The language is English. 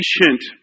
patient